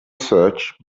search